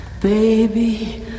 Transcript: Baby